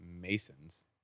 Masons